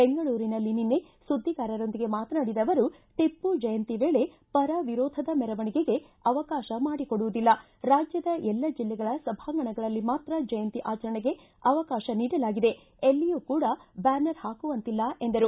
ಬೆಂಗಳೂರಿನಲ್ಲಿ ನಿನ್ನೆ ಸುದ್ದಿಗಾರರೊಂದಿಗೆ ಮಾತನಾಡಿದ ಅವರು ಟಪ್ಪು ಜಯಂತಿ ವೇಳೆ ಪರ ವಿರೋಧದ ಮೆರವಣಿಗೆಗೆ ಅವಕಾಶ ಮಾಡಿಕೊಡುವುದಿಲ್ಲ ಕಾಜ್ಜದ ಎಲ್ಲ ಜಿಲ್ಲೆಗಳ ಸಭಾಂಗಣಗಳಲ್ಲಿ ಮಾತ್ರ ಜಯಂತಿ ಆಚರಣೆಗೆ ಅವಕಾಶ ನೀಡಲಾಗಿದೆ ಎಲ್ಲಿಯೂ ಕೂಡ ಬ್ಲಾನರ್ ಹಾಕುವಂತಿಲ್ಲ ಎಂದರು